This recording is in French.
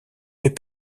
mais